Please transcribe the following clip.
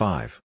Five